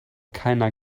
keiner